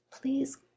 please